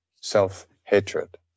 Self-hatred